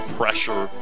pressure